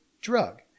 drug